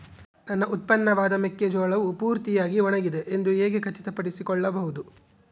ನನ್ನ ಉತ್ಪನ್ನವಾದ ಮೆಕ್ಕೆಜೋಳವು ಪೂರ್ತಿಯಾಗಿ ಒಣಗಿದೆ ಎಂದು ಹೇಗೆ ಖಚಿತಪಡಿಸಿಕೊಳ್ಳಬಹುದು?